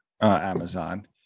Amazon